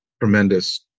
Tremendous